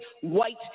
white